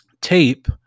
tape